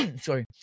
sorry